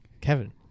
Kevin